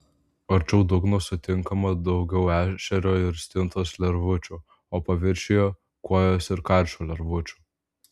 arčiau dugno sutinkama daugiau ešerio ir stintos lervučių o paviršiuje kuojos ir karšio lervučių